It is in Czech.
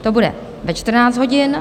To bude ve 14 hodin.